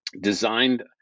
designed